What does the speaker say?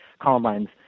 columbines